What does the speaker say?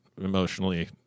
emotionally